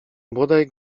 bodaj